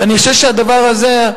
ואני חושב שהדבר הזה,